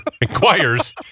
inquires